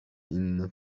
inny